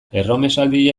erromesaldia